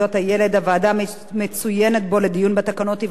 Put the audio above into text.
הוועדה המצוינת בו לדיון בתקנות היא ועדת העבודה,